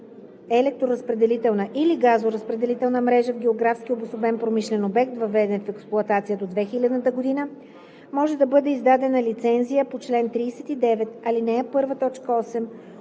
електроразпределителна или газоразпределителна мрежа в географски обособен промишлен обект, въведен в експлоатация до 2000 година, може да бъде издадена лицензия по чл. 39, ал. 1,